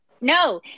No